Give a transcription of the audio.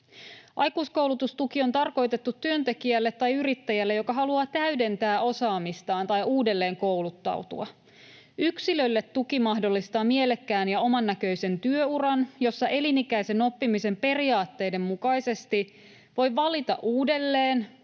Aikuiskoulutustuki on tarkoitettu työntekijälle tai yrittäjälle, joka haluaa täydentää osaamistaan tai uudelleenkouluttautua. Yksilölle tuki mahdollistaa mielekkään ja omannäköisen työuran, jossa elinikäisen oppimisen periaatteiden mukaisesti voi valita uudelleen,